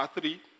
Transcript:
three